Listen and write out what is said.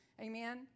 Amen